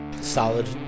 Solid